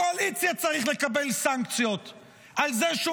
ראש הקואליציה צריך לקבל סנקציות על זה שהוא